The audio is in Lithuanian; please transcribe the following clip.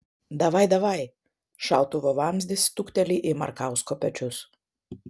davaj davaj šautuvo vamzdis stukteli į markausko pečius